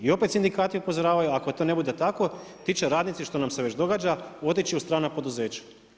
I opet sindikati upozoravaju, ako to ne bude tako, ti će radnici što nam se već događa, otići u strana poduzeća.